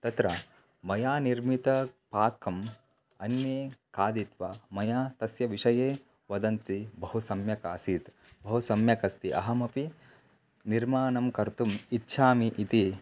तत्र मया निर्मितपाकम् अन्ये खादित्वा मया तस्य विषये वदन्ति बहु सम्यक् आसीत् बहु सम्यक् अस्ति अहमपि निर्माणं कर्तुम् इच्छामि इति